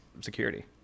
security